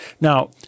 Now